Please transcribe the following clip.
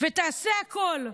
ותעשה הכול.